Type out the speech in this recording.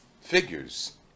figures